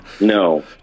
No